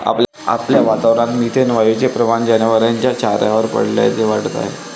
आपल्या वातावरणात मिथेन वायूचे प्रमाण जनावरांच्या चाऱ्यावर पडल्याने वाढत आहे